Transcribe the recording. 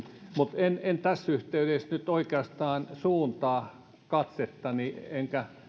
mutta en tässä yhteydessä nyt oikeastaan suuntaa katsettani enkä